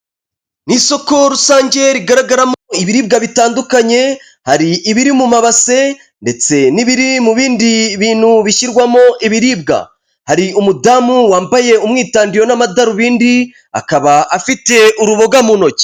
Ni isoko rusange rigaragaramo ibiribwa bitandukanye, hari ibiri mu mabase ndetse n'ibiri mu bindi bintu bishyirwamo ibiribwa, hari umudamu wambaye umwitandiyo n'amadarubindi, akaba afite uruboga mu ntoki.